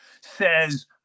says